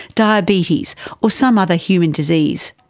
diabetes or some other human disease.